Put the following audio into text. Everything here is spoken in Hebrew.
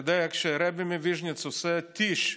אתה יודע, כשהרבי מוויז'ניץ עושה טיש,